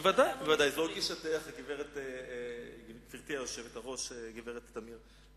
בוודאי, זאת גישתך, גברתי היושבת-ראש, גברת תמיר.